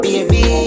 Baby